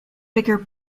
bigger